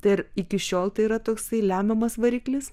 tai ir iki šiol tai yra toksai lemiamas variklis